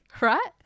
right